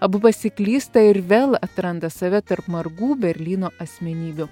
abu pasiklysta ir vėl atranda save tarp margų berlyno asmenybių